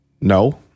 no